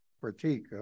critique